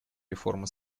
реформы